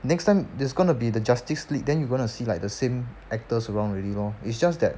next time there's gonna be the justice league then you gonna see like the same actors around already lor it's just that